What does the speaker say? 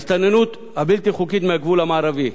ההסתננות הבלתי-חוקית מהגבול המערבי,